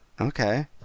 Okay